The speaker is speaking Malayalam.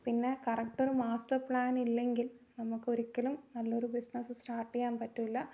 പിന്നെ കറക്ട് ഒരു മാസ്റ്റർ പ്ലാൻ ഇല്ലെങ്കിൽ നമുക്ക് ഒരിക്കലും നല്ല ഒരു ബിസിനസ്സ് സ്റ്റാർട്ട് ചെയ്യാൻ പറ്റില്ല